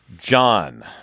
John